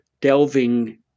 delving